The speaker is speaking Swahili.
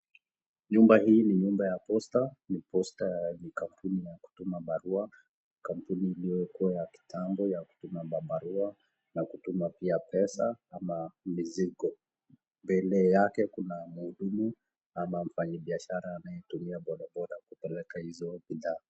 Jumba hili ni la posta. Posta ni kampuni iliyokuwa ya kitambo ya kutuma barua ama pesa ama mizigo, mbele yake kuna mhudumu ama mfanyabiashara anatumia bodaboda kupeleka hizo bidhaa.